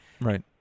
Right